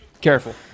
Careful